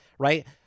right